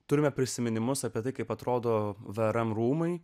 turime prisiminimus apie tai kaip atrodo vrm rūmai